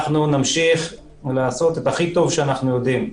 אנחנו נמשיך לעשות את הכי טוב שאנחנו יודעים.